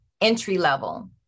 entry-level